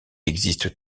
existe